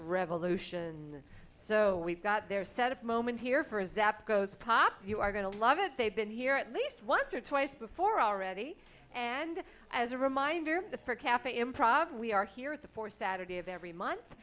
revolution so we've got their set of moment here for a zap goes pop you are going to love it they've been here at least once or twice before already and as a reminder for cafe improv we are here at the for saturday of every month